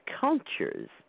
cultures